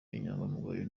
inyangamugayo